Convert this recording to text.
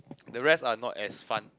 the rest are not as fun